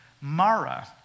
Mara